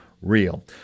real